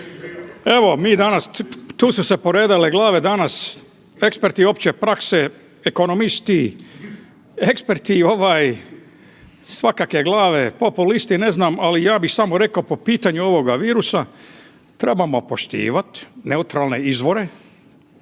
Evo mi danas tu su se poredale glave danas, eksperti opće prakse, ekonomisti, eksperti svakakve glave, populisti, ne znam ali ja bih samo rekao po pitanju ovoga virusa, trebamo poštivati neutralne izvore,